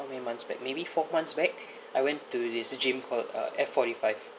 for many months back maybe four months back I went to there's a gym called uh F forty five